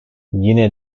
yine